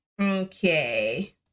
Okay